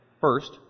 first